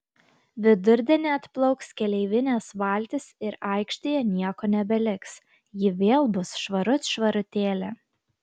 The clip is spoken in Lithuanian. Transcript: vidurdienį atplauks keleivinės valtys ir aikštėje nieko nebeliks ji vėl bus švarut švarutėlė